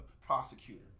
prosecutor